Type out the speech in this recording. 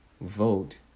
vote